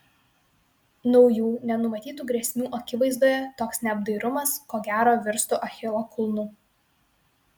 naujų nenumatytų grėsmių akivaizdoje toks neapdairumas ko gero virstų achilo kulnu